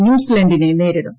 ന്യൂസിലന്റിനെ നേരിടും